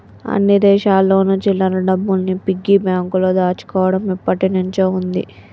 అన్ని దేశాల్లోను చిల్లర డబ్బుల్ని పిగ్గీ బ్యాంకులో దాచుకోవడం ఎప్పటినుంచో ఉంది